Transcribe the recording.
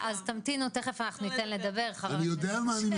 תמתינו ותכף אנחנו נתן לדבר, חה"כ אשר,